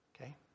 Okay